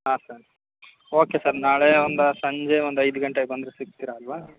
ಹಾಂ sir okay sir ನಾಳೆ ಒಂದು ಸಂಜೆ ಒಂದು ಐದು ಗಂಟೆಗೆ ಬಂದರೆ ಸಿಕ್ತೀರಾ ಅಲ್ಲವಾ